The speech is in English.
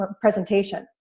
presentation